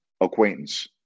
acquaintance